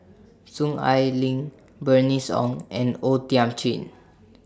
Soon Ai Ling Bernice Ong and O Thiam Chin